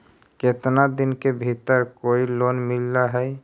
केतना दिन के भीतर कोइ लोन मिल हइ?